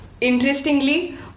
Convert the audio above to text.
interestingly